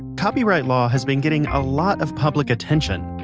copyright law has been getting a lot of public attention.